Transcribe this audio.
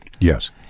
Yes